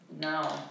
No